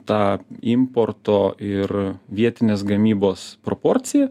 tą importo ir vietinės gamybos proporciją